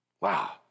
Wow